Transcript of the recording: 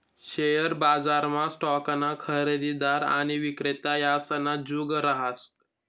share बजारमा स्टॉकना खरेदीदार आणि विक्रेता यासना जुग रहास